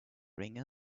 ring